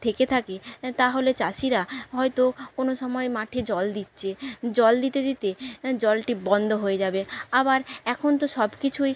থেকে থাকে এ তাহলে চাষিরা হয়তো কোনো সময় মাঠে জল দিচ্ছে জল দিতে দিতে জলটি বন্ধ হয়ে যাবে আবার এখন তো সব কিছুই